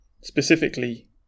specifically